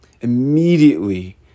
Immediately